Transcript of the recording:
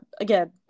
again